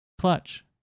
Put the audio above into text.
Clutch